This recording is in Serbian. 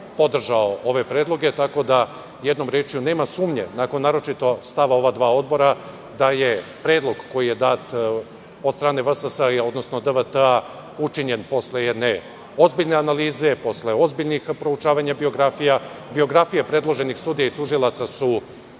podržao ove predloge. Jednom rečju, nema sumnje, naročito nakon stava ova dva odbora, da je predlog koji je dat od strane VSS odnosno DVT učinjen posle jedne ozbiljne analize, posle ozbiljnih proučavanja biografija. Biografije predloženih sudija i tužilaca su